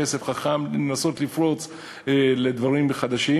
"כסף חכם" לנסות לפרוץ לדברים חדשים,